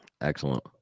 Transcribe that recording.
excellent